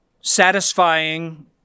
Satisfying